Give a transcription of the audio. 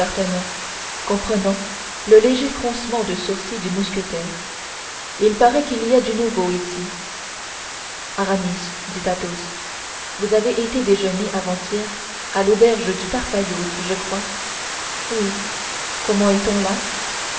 comprenant le léger froncement de sourcils du mousquetaire il paraît qu'il y a du nouveau ici aramis dit athos vous avez été déjeuner avant-hier à l'auberge du parpaillot je crois oui comment est-on là